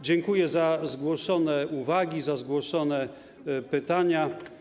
Dziękuję za zgłoszone uwagi, za postawione pytania.